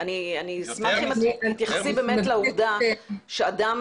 אני אשמח אם תתייחסי לעובדה שאדם